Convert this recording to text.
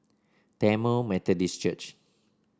Tamil Methodist Church